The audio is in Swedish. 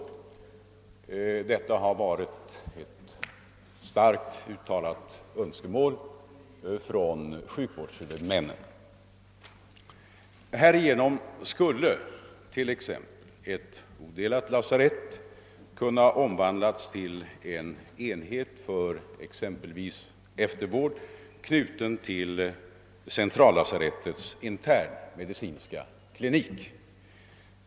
Detta har varit ett starkt uttalat önskemål från sjukvårdshuvudmännen. Härigenom skulle t.ex. ett odelat lasarett kunna omvand:- las till en enhet för exempelvis eftervård knuten till centrallasarettets internmedicinska klinik.